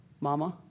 Mama